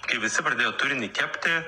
kai visi pradėjo turinį kepti